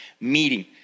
meeting